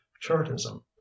chartism